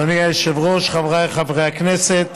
אדוני היושב-ראש, חבריי חברי הכנסת,